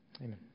Amen